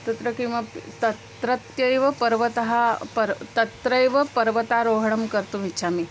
तत्र किमपि तत्रत्यैव पर्वतः पर्व तत्रैव पर्वतारोहणं कर्तुम् इच्छामि